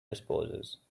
disposes